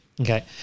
Okay